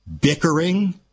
bickering